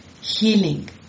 healing